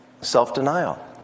Self-denial